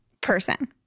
person